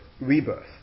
rebirth